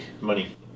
money